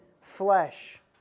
flesh